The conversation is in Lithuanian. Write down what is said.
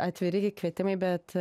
atviri gi kvietimai bet